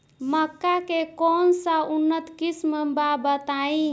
मक्का के कौन सा उन्नत किस्म बा बताई?